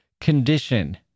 condition